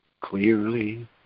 Clearly